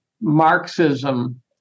Marxism